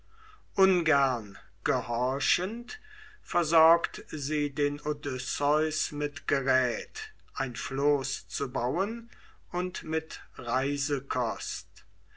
ungern gehorchend versorgt sie den odysseus mit gerät einen floß zu bauen und mit